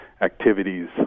activities